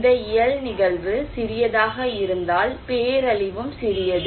இந்த இயல் நிகழ்வு சிறியதாக இருந்தால் பேரழிவும் சிறியது